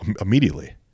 immediately